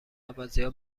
عوضیها